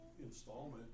installment